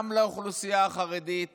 גם לאוכלוסייה החרדית